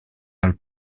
dal